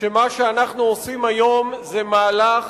שמה שאנחנו עושים היום זה מהלך